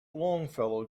longfellow